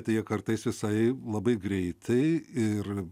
tai jie kartais visai labai greitai ir